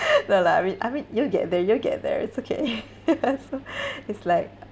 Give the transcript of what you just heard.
no lah I mean I mean you'll get there you'll get there it's okay ya so it's like